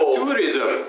tourism